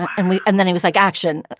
and we and then it was like action